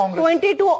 22